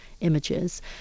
images